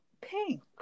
Pink